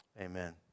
Amen